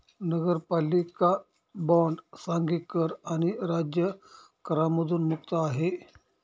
नगरपालिका बॉण्ड सांघिक कर आणि राज्य करांमधून मुक्त आहे